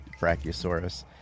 Brachiosaurus